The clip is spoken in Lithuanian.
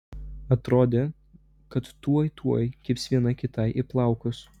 atrodė kad tuoj tuoj kibs viena kitai į plaukus